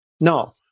No